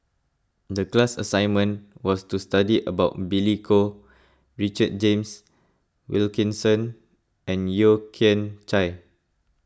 the class assignment was to study about Billy Koh Richard James Wilkinson and Yeo Kian Chai